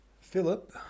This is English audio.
Philip